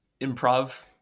improv